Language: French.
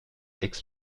aix